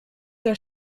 der